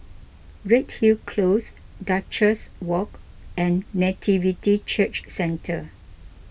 Redhill Close Duchess Walk and Nativity Church Centre